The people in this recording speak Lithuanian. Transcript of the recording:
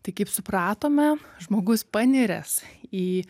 tai kaip supratome žmogus paniręs į